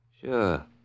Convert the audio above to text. Sure